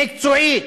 מקצועית,